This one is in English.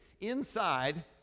inside